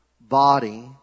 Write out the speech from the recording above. body